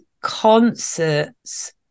concerts